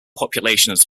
populations